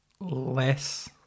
Less